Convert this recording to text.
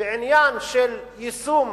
בעניין של יישום